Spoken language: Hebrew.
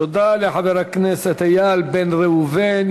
תודה לחבר הכנסת איל בן ראובן.